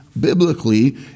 biblically